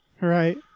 right